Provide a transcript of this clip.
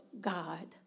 God